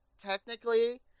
Technically